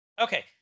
Okay